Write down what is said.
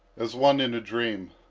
as one in a dream.